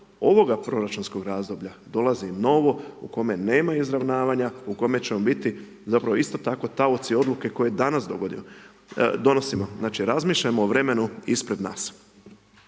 ovoga proračunskog razdoblja dolazi novo u kome nema izravnavanja, u kome ćemo biti isto tako taoci oduke koje danas donosimo. Znači, razmišljamo o vremenu ispred nas.